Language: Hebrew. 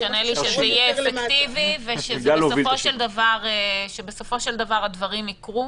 משנה לי שזה יהיה אפקטיבי ושבסופו של דבר הדברים יקרו.